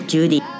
Judy